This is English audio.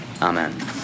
Amen